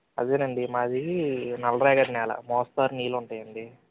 అదేనండి మాది నల్లరేగడి నేల మోస్తారు నీళ్ళుంటాయండి